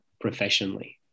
professionally